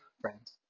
friends